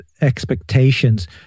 expectations